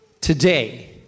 today